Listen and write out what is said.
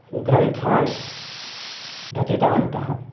ग्रन्थान् रचितवन्तः